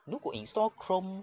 如果 install chrome